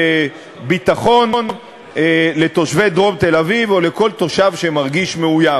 ביטחון לתושבי דרום תל-אביב ולכל תושב שמרגיש מאוים.